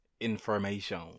information